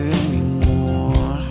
anymore